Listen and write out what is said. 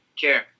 care